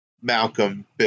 Malcolm